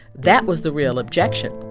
that was the real objection